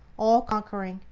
all-conquering,